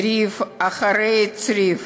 צריף אחרי צריף,